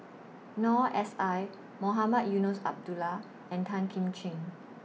Noor S I Mohamed Eunos Abdullah and Tan Kim Ching